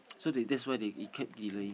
so the that's why they he keep delay